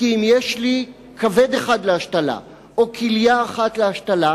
כי אם יש לי כבד אחד להשתלה או כליה אחת להשתלה,